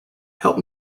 help